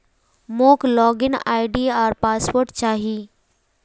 मोक log in ID आर password चाहि